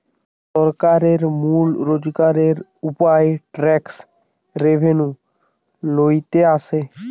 সরকারের মূল রোজগারের উপায় ট্যাক্স রেভেন্যু লইতে আসে